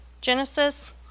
Genesis